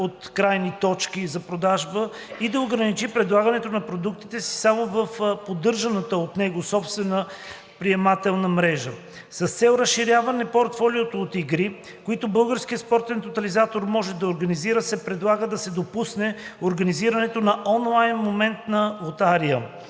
от крайни точки за продажба и да ограничи предлагането на продуктите си само в поддържаната от него собствена приемателна мрежа. С цел разширяване портфолиото от игри, които Българският спортен тотализатор може да организира, се предлага да се допусне организирането на онлайн моментна лотария.